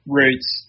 roots